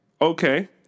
Okay